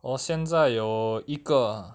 我现在有一个